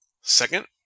Second